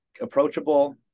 approachable